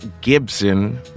Gibson